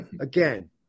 again